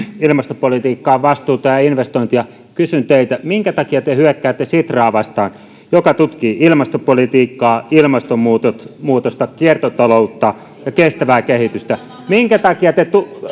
ilmastopolitiikkaan vastuuta ja ja investointia kysyn teiltä minkä takia te hyökkäätte sitraa vastaan joka tutkii ilmastopolitiikkaa ilmastonmuutosta kiertotaloutta ja kestävää kehitystä minkä takia te